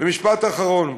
משפט אחרון.